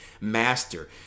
master